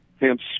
hence